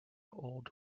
old